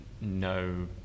no